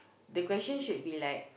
the question should be like